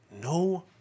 No